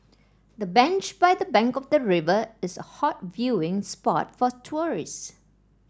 the bench by the bank of the river is a hot viewing spot for tourists